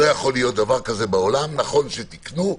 נכון שתיקנו,